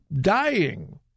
dying